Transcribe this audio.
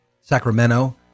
Sacramento